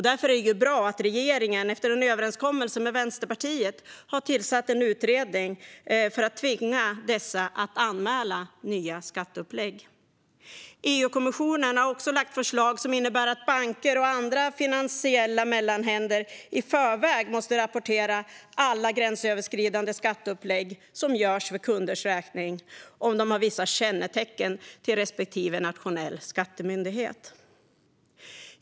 Därför är det bra att regeringen efter en överenskommelse med Vänsterpartiet har tillsatt en utredning för att tvinga dessa att anmäla nya skatteupplägg. EU-kommissionen har också lagt fram förslag som innebär att banker och andra finansiella mellanhänder i förväg måste rapportera alla gränsöverskridande skatteupplägg som görs för kunders räkning om de har vissa kännetecken till respektive nationell skattemyndighet.